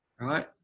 right